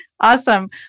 Awesome